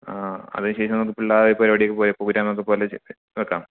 ആ അത് ശരിയാ നമുക്ക് പിള്ളേരെ പരിപാടിയൊക്കെ പോയ പ്രോഗ്രാമൊക്കെ പോലെ ചെയ്യാം വെക്കാം